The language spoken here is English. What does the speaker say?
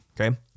Okay